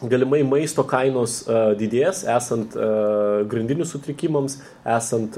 galimai maisto kainos didės esant grandinių sutrikimams esant